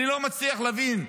אני לא מצליח להבין,